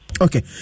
Okay